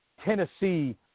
Tennessee